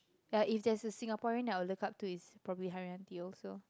ya if there is a Singaporean that I will look up to it's probably Haryanti also